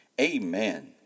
Amen